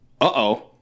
Uh-oh